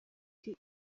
iti